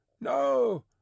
No